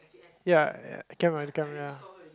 ya I cannot look at the camera